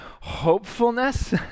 hopefulness